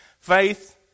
faith